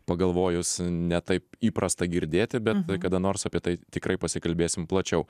pagalvojus ne taip įprasta girdėti bet kada nors apie tai tikrai pasikalbėsim plačiau